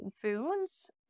foods